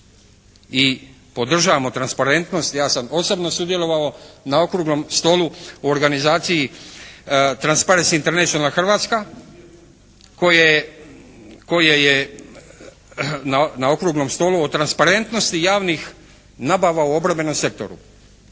I podržavamo transparentnost. Ja sam osobno sudjelovao na Okruglom stolu u organizaciji «Transparency International Hrvatska» koje je, na Okruglom stolu o transparentnosti javnih nabava u obrambenom sektoru.